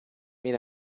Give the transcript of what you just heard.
mean